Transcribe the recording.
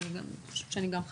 ואני חושבת שגם אני חתומה